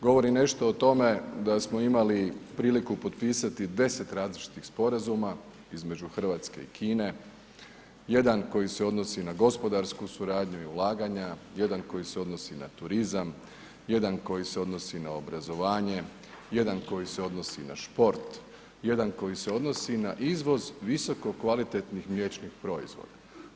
Govori nešto o tome da smo imali priliku potpisati 10 različitih sporazuma, između Hrvatske i Kine, jedan koji se odnosi na gospodarsku suradnju i ulaganja, jedan koji se odnosi na turizam, jedan koji se odnosi na obrazovanje, jedan koji se odnosi na šport, jedan koji se odnosi na izvoz visokokvalitetnih mliječnih proizvoda.